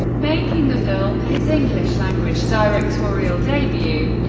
making the film his english-language directorial debut.